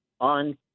on